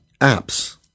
apps